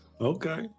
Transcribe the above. Okay